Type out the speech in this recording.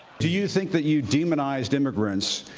do you think that you demonized immigrants?